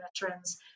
veterans